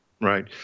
Right